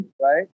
right